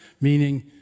meaning